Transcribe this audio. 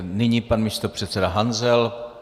Nyní pan místopředseda Hanzel.